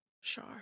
sure